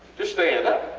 just stand up.